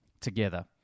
together